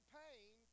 pain